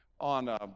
on